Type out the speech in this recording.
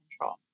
control